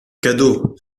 cadeau